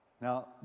Now